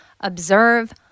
observe